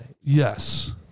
Yes